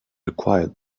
required